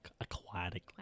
Aquatic